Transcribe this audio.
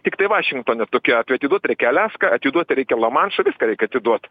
tiktai vašingtone tokiu atveju atiduot reikia aliaską atiduoti reikia lamanšą viską reikia atiduot